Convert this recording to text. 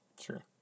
Sure